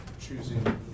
choosing